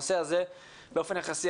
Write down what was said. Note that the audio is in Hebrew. ואת הנושא הזה באופן יחסי,